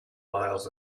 miles